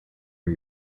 our